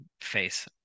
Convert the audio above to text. face